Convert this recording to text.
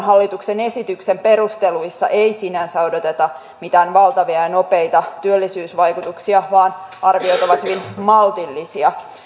hallituksen esityksen perusteluissa ei sinänsä odoteta mitään valtavia ja nopeita työllisyysvaikutuksia vaan arviot ovat hyvin maltillisia